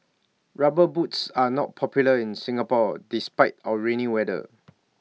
rubber boots are not popular in Singapore despite our rainy weather